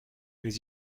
mais